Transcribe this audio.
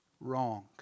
wrong